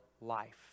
life